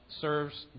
serves